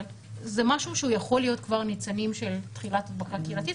אבל זה משהו שהוא יכול להיות כבר ניצנים של תחילת הדבקה קהילתית,